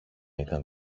ήταν